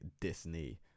Disney